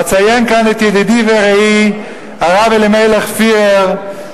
ואציין כאן את ידידי ורעי הרב אלימלך פירר,